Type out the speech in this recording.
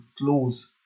close